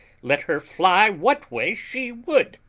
let her fly what way she would!